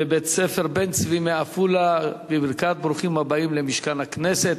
ובית-הספר "בן-צבי" מעפולה בברכת ברוכים הבאים למשכן הכנסת.